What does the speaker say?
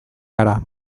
gara